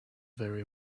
very